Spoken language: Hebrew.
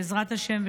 בעזרת השם,